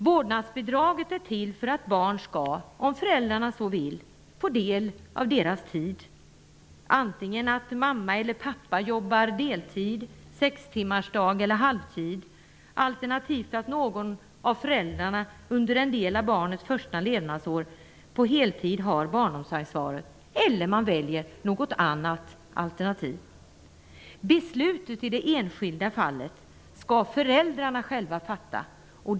Vårdnadsbidraget är till för att barn skall, om föräldrarna så vill, få del av deras tid, antingen så att mamma eller pappa jobbar deltid, sextimmarsdag eller halvtid eller så att någon av föräldrarna under en del av barnets första levnadsår på heltid har barnomsorgsansvaret, eller genom något annat alternativ. Beslutet i det enskilda fallet skall föräldrarna själva fatta.